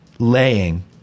laying